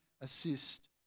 assist